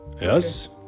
Yes